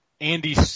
Andy